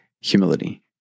humility